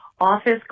office